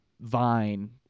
vine